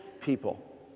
people